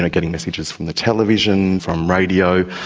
ah getting messages from the television, from radio.